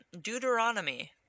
Deuteronomy